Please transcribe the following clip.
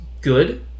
good